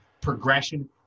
progression